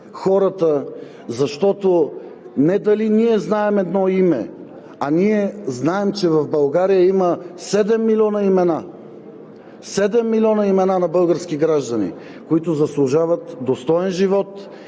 хората, защото не дали ние знаем едно име, а ние знаем, че в България има 7 милиона имена – 7 милиона имена на български граждани, които заслужват достоен живот